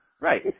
Right